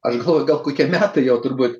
aš galvoju gal kokie metai jau turbūt